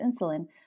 insulin